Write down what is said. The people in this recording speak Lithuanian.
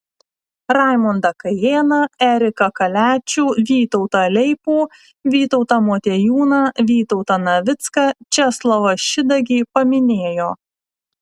raimondą kajėną eriką kaliačių vytautą leipų vytautą motiejūną vytautą navicką česlovą šidagį paminėjo